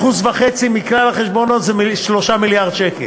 ו-1.5% מכלל החשבונות זה 3 מיליארד שקל.